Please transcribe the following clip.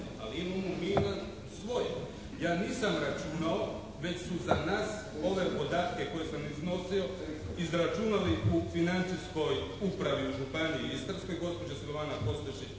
Ali imamo mi i na svoje. Ja nisam računao već su za nas ove podatke koje sam iznosio izračunalo u financijskoj upravi u Županiji istarskoj, gospođa Silvana Kostešić